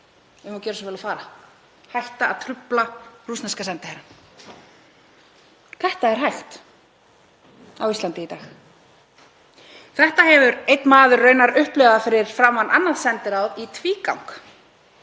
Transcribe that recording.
um að gjöra svo vel að fara og hætta að trufla rússneska sendiherrann. Þetta er hægt á Íslandi í dag. Þetta hefur einn maður raunar upplifað fyrir framan annað sendiráð í tvígang.